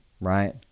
right